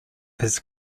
his